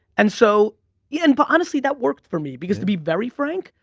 and so yeah and but honestly that worked for me because to be very frank,